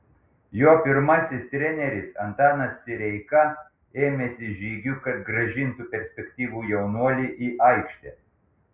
jo pirmasis treneris antanas sireika ėmėsi žygių kad grąžintų perspektyvų jaunuolį į aikštę